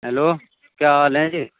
hello کیا حال ہیں جی